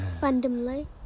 randomly